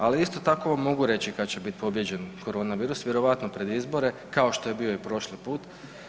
Ali isto tako vam mogu reći kad će biti pobijeđen corona virus vjerojatno pred izbore kao što je bio i prošli put.